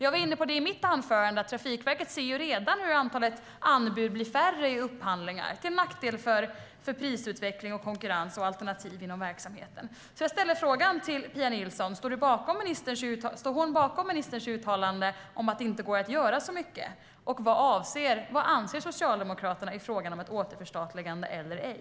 Jag var inne på i mitt anförande att Trafikverket redan ser hur antalet anbud blir färre i upphandlingar, till nackdel för prisutveckling, konkurrens och alternativ inom verksamheten. Därför ställer jag frågan: Står Pia Nilsson bakom ministerns uttalande att det inte går att göra så mycket? Och vad anser Socialdemokraterna i frågan om ett återförstatligande eller ej?